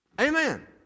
Amen